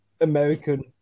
American